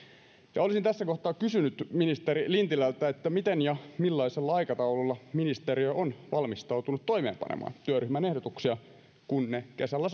ja olisin tässä kohtaa kysynyt ministeri lintilältä miten ja millaisella aikataululla ministeriö on valmistautunut toimeenpanemaan työryhmän ehdotuksia kun ne kesällä